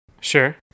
Sure